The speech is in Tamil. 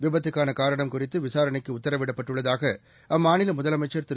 விபத்துக்கானகாரணம் குறித்துவிசாரணைக்குஉத்தரவிடப்பட்டுள்ளதாகஅம்மாநிலமுதலமைச்சர் திரு